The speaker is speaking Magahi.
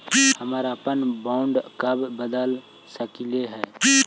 हम अपने बॉन्ड कब बदले सकलियई हे